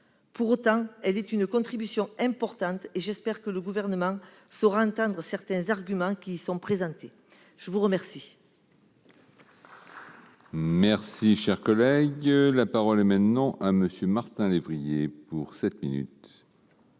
Pour autant, ce texte est une contribution importante, et j'espère que le Gouvernement saura entendre certains arguments qui sont présentés. La parole